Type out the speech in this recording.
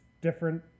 different